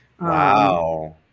Wow